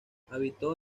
habitó